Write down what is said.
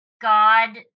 God